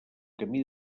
camí